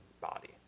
body